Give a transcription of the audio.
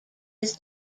his